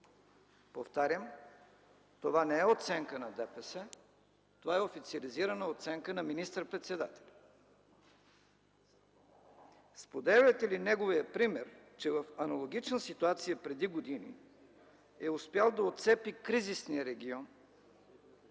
Повтарям: това не е оценка на ДПС, това е официализирана оценка на министър-председателя. Споделяте ли неговия пример, че в аналогична ситуация преди години е успял да отцепи кризисния регион